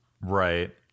right